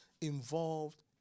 involved